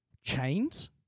chains